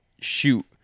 shoot